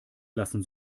lassen